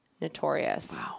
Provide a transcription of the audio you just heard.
notorious